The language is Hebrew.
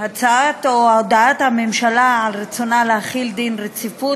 הצעת או הודעת הממשלה על רצונה להחיל דין רציפות